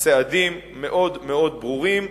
צעדים מאוד ברורים,